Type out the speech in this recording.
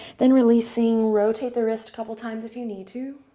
then releasing. rotate the wrist a couple times if you need to.